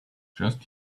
just